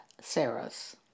Sarah's